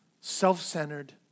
self-centered